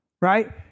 Right